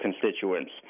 constituents